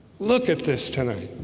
look at this tonight